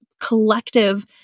collective